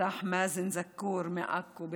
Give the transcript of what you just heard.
נרצח מאזן זקור מעכו,